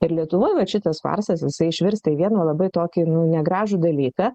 ir lietuvoj vat šitas farsas jisai išvirsta į vieną labai tokį nu negražų dalyką